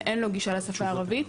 אין גישה לשפה הערבית,